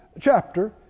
chapter